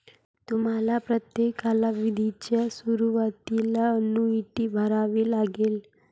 तुम्हाला प्रत्येक कालावधीच्या सुरुवातीला अन्नुईटी भरावी लागेल